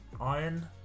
Iron